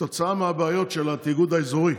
כתוצאה מהבעיות של התיאגוד האזורי,